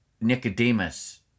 Nicodemus